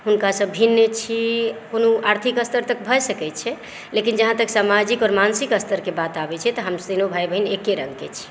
हुनकासँ भिन्न छी कोनो आर्थिक स्तर तक भऽ सकै छै लेकिन जहाँ तक सामाजिक आओर मानसिक स्तरके बात आबै छै तऽ हमसब तीनू भाइ बहिन एके रंगके छी